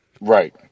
Right